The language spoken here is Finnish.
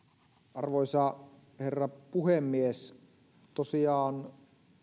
arvoisa herra puhemies tosiaan